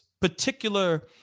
particular